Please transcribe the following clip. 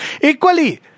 Equally